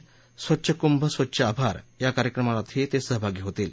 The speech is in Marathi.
स्वच्छ कुंभ स्वच्छ आभार या कार्यक्रमातही ते सहभागी होतील